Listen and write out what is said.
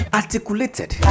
articulated